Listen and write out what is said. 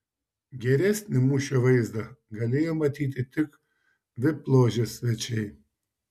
geresnį mūšio vaizdą galėjo matyti tik vip ložės svečiai